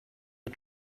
are